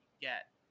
get